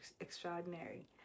extraordinary